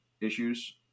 issues